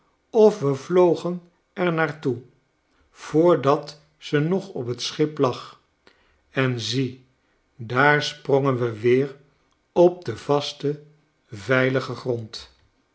of we vlogen er naar toe voordat zenogop't schip lag en zie daar sprongen we weer op den vasten veiligen grond